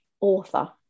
author